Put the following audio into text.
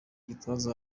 gitwaza